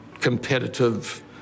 competitive